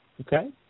Okay